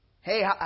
Hey